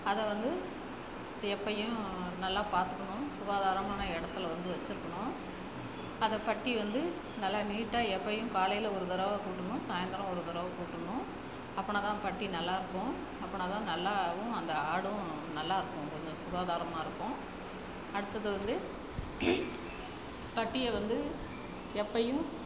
அதை வந்து சே எப்பயும் நல்லா பார்த்துக்கணும் சுகாதாரமான இடத்துல வந்து வச்சிருக்கணும் அதை பட்டி வந்து நல்லா நீட்டாக எப்பயும் காலையில் ஒரு தடவ கூட்டணும் சாயந்தரம் ஒரு தடவ கூட்டணும் அப்படின்னா தான் பட்டி நல்லாருக்கும் அப்படின்னா தான் நல்லாவும் அந்த ஆடும் நல்லாருக்கும் கொஞ்சம் சுகாதாரமாக இருக்கும் அடுத்தது வந்து பட்டியை வந்த எப்பயும்